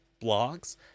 blocks